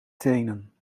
tenen